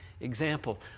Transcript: example